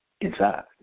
Inside